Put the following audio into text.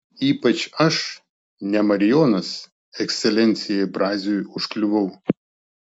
ypač aš ne marijonas ekscelencijai braziui užkliuvau